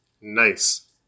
Nice